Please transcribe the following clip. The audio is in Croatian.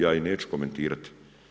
Ja ih neću komentirati.